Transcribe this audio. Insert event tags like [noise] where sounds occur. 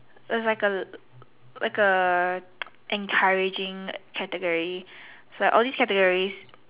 there is like a like a [noise] encouraging category so like all these categories